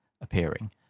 appearing